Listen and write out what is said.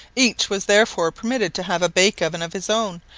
each was therefore permitted to have a bake-oven of his own,